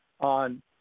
on